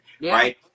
Right